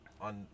on